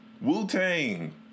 Wu-Tang